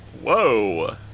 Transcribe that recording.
Whoa